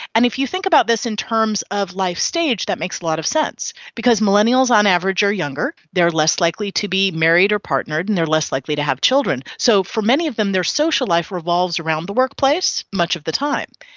and if you think about this in terms of life stage, that makes a lot of sense because millennials on average are younger, they are less likely to be married or partnered and they are less likely to have children, so for many of them their social life revolves around the workplace much of the time.